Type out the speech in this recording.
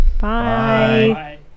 Bye